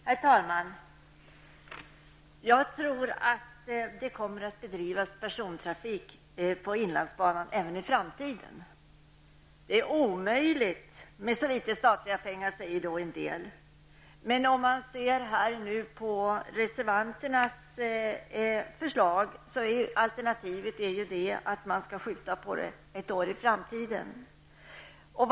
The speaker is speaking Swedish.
Herr talman! Jag tror att det kommer att bedrivas persontrafik på inlandsbanan även i framtiden. Det är omöjligt med så litet statliga pengar, säger då en del personer. Men om man ser på reservanternas förslag, finner man att alternativet är att skjuta på nedläggningen ett år.